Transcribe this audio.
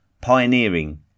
pioneering